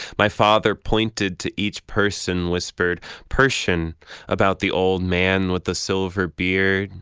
my father pointed to each person, whispered, persian about the old man with the silver beard,